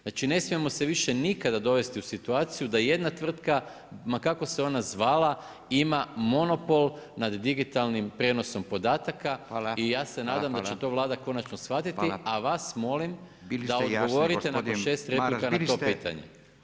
Znači, ne smijemo se više nikada dovesti u situaciju da jedna tvrtka ma kako se ona zvala, ima monopol nad digitalnim prijenosom podataka i ja se nadam da će to Vlada konačno shvatiti a vas molim, da odgovorite nakon 6 replika na to pitanje.